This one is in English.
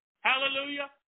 Hallelujah